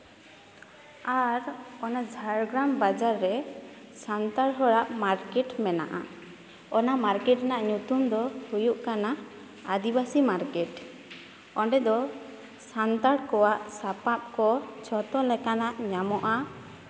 ᱟᱨ ᱚᱱᱟ ᱡᱷᱟᱲᱜᱨᱟᱢ ᱵᱟᱡᱟᱨ ᱨᱮ ᱥᱟᱱᱛᱟᱲ ᱦᱚᱲᱟᱜ ᱢᱟᱨᱠᱮᱴ ᱢᱮᱱᱟᱜᱼᱟ ᱚᱱᱟ ᱢᱟᱨᱠᱮᱴ ᱨᱮᱱᱟᱜ ᱧᱩᱛᱩᱢ ᱫᱚ ᱦᱩᱭᱩᱜ ᱠᱟᱱᱟ ᱟᱹᱫᱤᱵᱟᱹᱥᱤ ᱢᱟᱨᱠᱮᱴ ᱚᱸᱰᱮ ᱫᱚ ᱥᱟᱱᱛᱟᱲ ᱠᱚᱣᱟᱜ ᱥᱟᱯᱟᱯ ᱠᱚ ᱡᱷᱚᱛᱚ ᱞᱮᱠᱟᱱᱟᱜ ᱧᱟᱢᱚᱜᱼᱟ